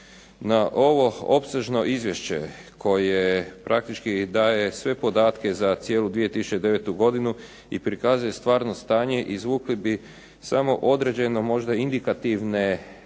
Na ovo opsežno izvješće koje praktički daje sve podatke za cijelu 2009. godinu i prikazuje stvarno stanje izvukli bi samo određeno možda indikativne